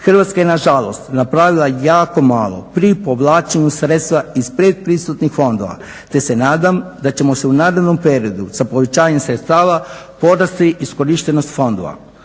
Hrvatska je nažalost napravila jako malo pri povlačenju sredstava iz predpristupnih fondova te se nadam da će se u narednom periodu sa povećanjem sredstava porasti iskorištenost fondova.